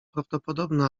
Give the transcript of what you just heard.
prawdopodobne